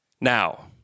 Now